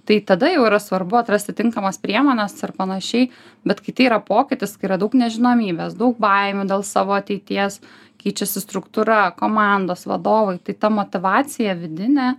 tai tada jau yra svarbu atrasti tinkamas priemones ir panašiai bet kai tai yra pokytis kai yra daug nežinomybės daug baimių dėl savo ateities keičiasi struktūra komandos vadovai tai ta motyvacija vidinė